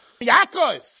Yaakov